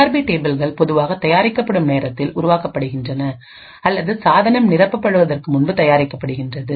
CRP டேபிள்கள் பொதுவாக தயாரிக்கப்படும் நேரத்தில் உருவாக்கப்படுகின்றன அல்லது சாதனம் நிரப்பப்படுவதற்கு முன்பு தயாரிக்கப்படுகின்றது